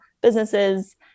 businesses